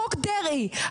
חוק דרעי,